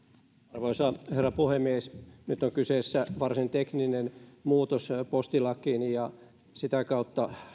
arvoisa herra puhemies nyt on kyseessä varsin tekninen muutos postilakiin ja sitä kautta